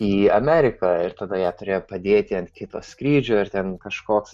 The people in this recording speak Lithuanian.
į ameriką ir tada ją turėjo padėti ant kito skrydžio ir ten kažkoks